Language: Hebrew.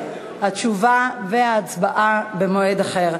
התשובה וההצבעה במועד אחר.